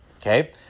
okay